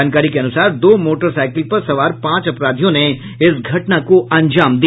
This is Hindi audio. जानकारी के अनुसार दो मोटरसाईकिल पर सवार पांच अपराधियों ने इस घटना को अंजाम दिया